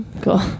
Cool